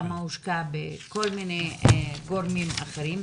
כמה הושקע בכל מיני גורמים אחרים.